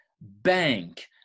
bank